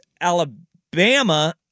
Alabama